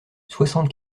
soixante